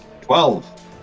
Twelve